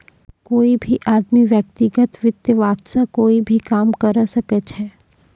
कोई भी आदमी व्यक्तिगत वित्त वास्तअ कोई भी काम करअ सकय छै